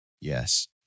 Yes